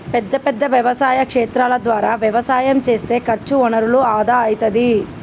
పెద్ద పెద్ద వ్యవసాయ క్షేత్రాల ద్వారా వ్యవసాయం చేస్తే ఖర్చు వనరుల ఆదా అయితది